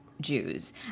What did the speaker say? Jews